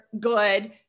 good